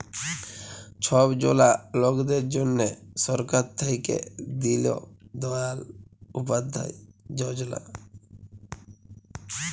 ছব জলা লকদের জ্যনহে সরকার থ্যাইকে দিল দয়াল উপাধ্যায় যজলা